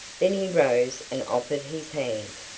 then he rose and offered his hand.